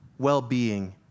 well-being